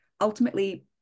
ultimately